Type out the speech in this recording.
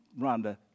Rhonda